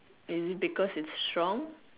is it because it's strong